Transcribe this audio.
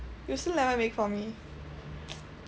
you still haven't make for me